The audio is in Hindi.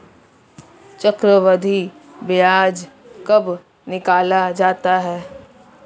चक्रवर्धी ब्याज कब निकाला जाता है?